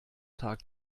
tag